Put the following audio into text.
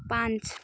पाँच